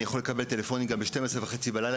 אני יכול לקבל טלפונים באמצע הלילה,